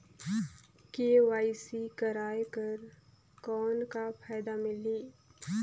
KYC कराय कर कौन का फायदा मिलही?